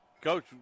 coach